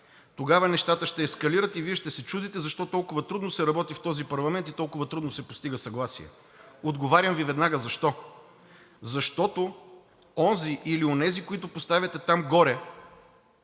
Тогава нещата ще ескалират и Вие ще се чудите защо толкова трудно се работи в този парламент и толкова трудно се постига съгласие. Отговарям Ви веднага защо. Защото онзи или онези, които поставяте там горе,